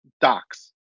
docs